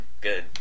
Good